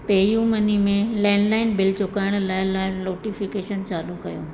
पे U money में landline bill चुकाइण लाइ लैंड्लाइन नोटिफिकेशन चालू कयो